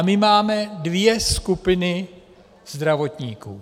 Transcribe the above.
My máme dvě skupiny zdravotníků.